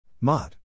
Mott